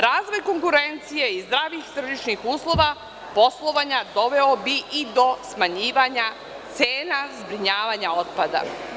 Razvoj konkurencije i zdravih tržišnih uslova poslovanja doveo bi i do smanjivanja cena zbrinjavanja otpada.